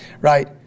right